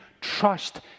trust